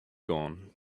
gown